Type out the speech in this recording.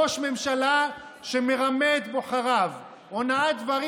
ראש ממשלה שמרמה את בוחריו, אונאת דברים.